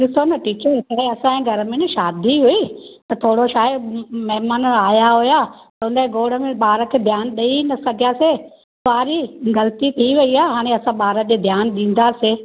ॾिसो न टीचर तॾहिं असांजे घर में न शादी हुई त थोरो छा आहे महिमान आया हुआ उनजे गोड़ में ॿार खे ध्यानु ॾेई न सघियासीं सॉरी ग़लती थी वई आहे हाणे असां ॿार ॾे ध्यानु ॾींदासीं